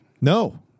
No